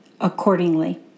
accordingly